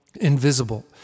invisible